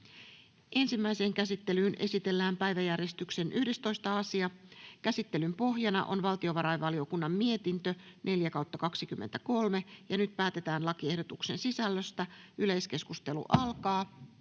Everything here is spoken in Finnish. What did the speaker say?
Ensimmäiseen käsittelyyn esitellään päiväjärjestyksen 8. asia. Käsittelyn pohjana on hallintovaliokunnan mietintö HaVM 5/2023 vp. Nyt päätetään lakiehdotusten sisällöstä. — Keskustelu alkaa.